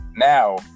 Now